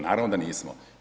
Naravno da nismo.